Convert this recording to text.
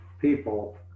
people